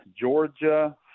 Georgia